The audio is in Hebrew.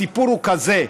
הסיפור הוא כזה: